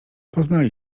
poznali